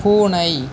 பூனை